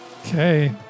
Okay